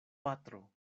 patro